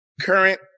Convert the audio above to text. current